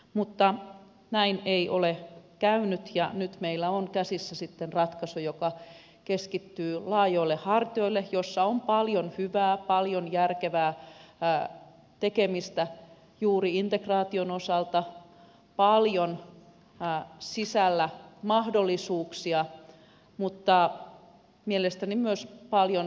mutta näin ei ole käynyt ja nyt meillä on käsissä sitten ratkaisu joka keskittyy laajoille hartioille jossa on paljon hyvää paljon järkevää tekemistä juuri integraation osalta paljon sisällä mahdollisuuksia mutta mielestäni myös paljon riskejä